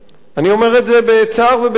אני אומר את זה בצער ובכאב.